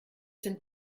sind